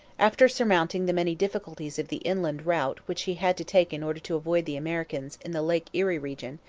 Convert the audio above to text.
after surmounting the many difficulties of the inland route which he had to take in order to avoid the americans in the lake erie region,